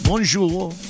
Bonjour